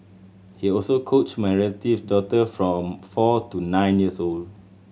he also coached my relative daughter from four to nine years old